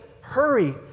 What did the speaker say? hurry